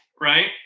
right